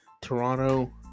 Toronto